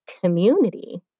community